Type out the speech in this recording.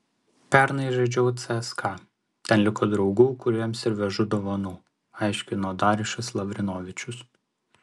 pernai žaidžiau cska ten liko draugų kuriems ir vežu dovanų aiškino darjušas lavrinovičius